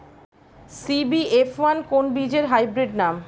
CBF one কোন বীজের hybrid নাম?